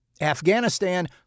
Afghanistan